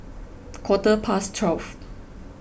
quarter past twelve